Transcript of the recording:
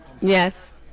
Yes